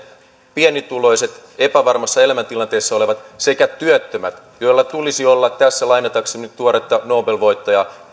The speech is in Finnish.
pienituloiset epävarmassa elämäntilanteessa olevat sekä työttömät joilla tässä lainatakseni nyt tuoretta nobel voittajaa